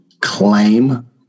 claim